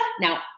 Now